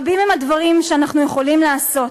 רבים הם הדברים שאנחנו יכולים לעשות,